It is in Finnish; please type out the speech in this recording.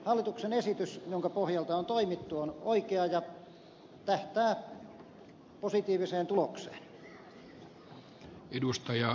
hallituksen esitys jonka pohjalta on toimittu on oikea ja tähtää positiiviseen tulokseen